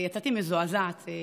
ויצאתי מזועזעת.